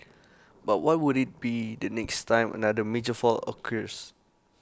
but what would IT be the next time another major fault occurs